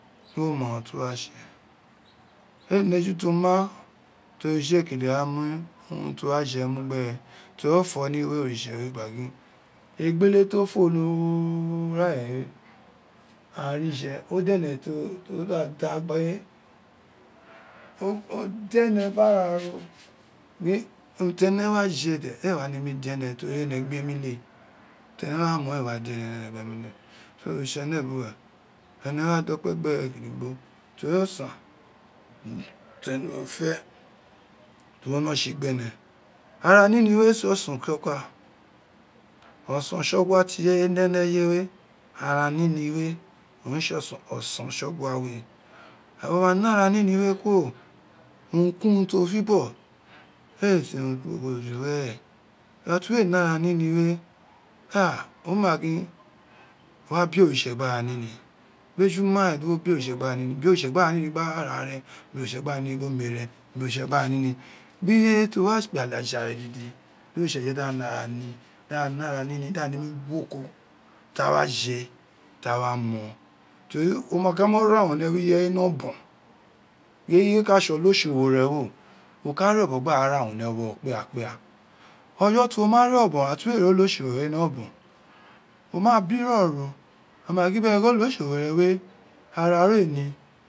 Di wo ma uru ti wo wa tse ie ne eju to ma ti oritse ei kele a mu urun ti wo wa ji mu gbe re teri a fo ni we ontsse gba gin egbe to fo ni urare we aghan ni je to fo ni urare we aghan egbele to fo ni urare we aghan ri je o dene to o da ene biri ara gin unu tere wa je de ee wa den ene teri ene gbe emi ie oritse nebuwi ene wa dikpo gbe re gidigbo tori osan ti ene fe ti wo wino tse gbe re aranin we ara nin re tse osan otsogha osun otsogja fi ireye ne ni eye we ara nini we owin re tse osan otsegha we wo ma ne ura nini i kuro urun ki urun ti o tsibo ee tse urun kporo juweer irati we ne ara roin we a wo ma gin wo wa be oritse gbe ara nini bin eyq te ma ren di wobe oritse gbe ara lini be oritse gba ara nini gbe orue re be oritse gbe ara gbi ireye to wi ekpene aja re dede do ritse do je di aghan ne ara rin da ghan gba nemi gwoko ta wa fe ta ghan wa mon teri woma ka raurun ni ewo ireye ni obon ireye we ka tse olotsowo re we wo ireye we ka tse olotsowore we wo ka re obon gba ra ru umon ni ewo ro kpirakpira ojo ti wo ma re obon ira thwe ri olotsowo re we ni obon wo ma bro ro ma gin gbere gir olotoowo re we ara ro ei ni